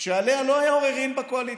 שעליה לא היו עוררין בקואליציה,